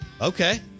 okay